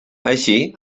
així